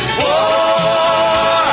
war